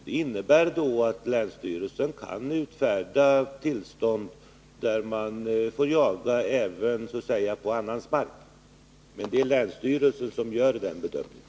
Det innebär att länsstyrelsen kan utfärda tillstånd fören person att jaga även på annans mark. Men det är länsstyrelsen som gör den bedömningen.